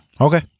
Okay